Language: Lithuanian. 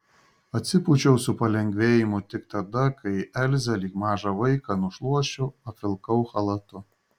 atsipūčiau su palengvėjimu tik tada kai elzę lyg mažą vaiką nušluosčiau apvilkau chalatu